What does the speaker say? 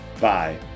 bye